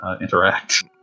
interact